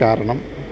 കാരണം